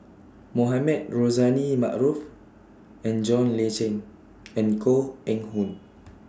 Mohamed Rozani Maarof and John Le Cain and Koh Eng Hoon